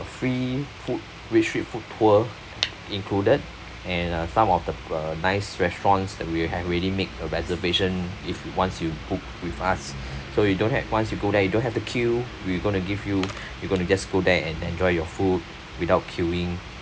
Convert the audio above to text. free food with street food tour included and uh some of the uh nice restaurants that we have already made a reservation if once you book with us so you don't have once you go there you don't have to queue we're going to give you you're going to just go there and enjoy your food without queuing